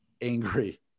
angry